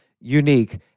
unique